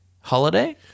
holiday